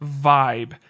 vibe